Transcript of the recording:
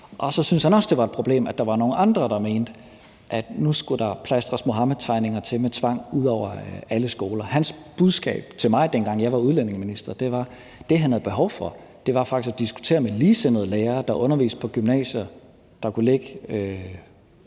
dels syntes han, at det var et problem, at der var nogle andre, der mente, at nu skulle der plastres Muhammedtegninger til med tvang ud over alle skoler. Hans budskab til mig, dengang jeg var udlændingeminister, var, at det, han havde behov for, var faktisk at diskutere med ligesindede lærere, der underviste på gymnasier, der kunne ligge